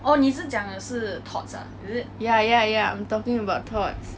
ya ya ya I'm talking about todds